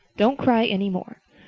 don't cry any more.